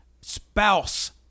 spouse